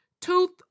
tooth